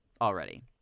already